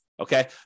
Okay